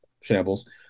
shambles